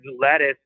lettuce